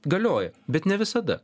galioja bet ne visada